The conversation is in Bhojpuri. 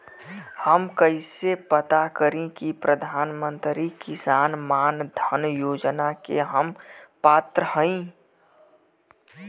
हम कइसे पता करी कि प्रधान मंत्री किसान मानधन योजना के हम पात्र हई?